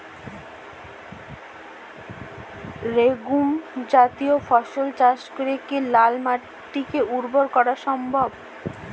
Legume জাতীয় ফসল চাষ করে কি লাল মাটিকে উর্বর করা সম্ভব?